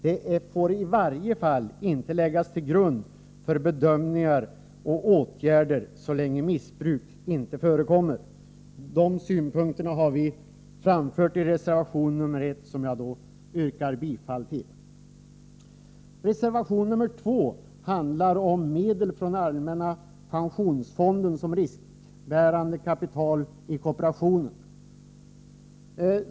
De får i varje fall inte läggas till grund för bedömningar och åtgärder så länge missbruk inte förekommer. Dessa synpunkter har vi framfört i reservation 1, som jag yrkar bifall till. Reservation 2 handlar om medel från allmänna pensionsfonden som riskbärande kapital i kooperationen.